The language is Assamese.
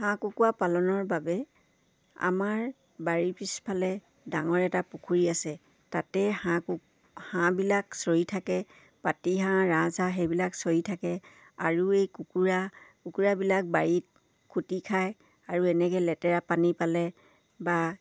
হাঁহ কুকুৰা পালনৰ বাবে আমাৰ বাৰীৰ পিছফালে ডাঙৰ এটা পুখুৰী আছে তাতে হাঁহ হাঁহবিলাক চৰি থাকে পাতিহাঁহ ৰাজহাঁহ সেইবিলাক চৰি থাকে আৰু এই কুকুৰা কুকুৰাবিলাক বাৰীত খুটি খায় আৰু এনেকৈ লেতেৰা পানী পালে বা